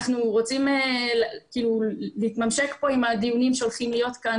אנחנו רוצים להתממשק פה עם הדיונים שהולכים להיות כאן,